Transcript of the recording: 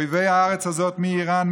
אויבי הארץ הזאת מאיראן,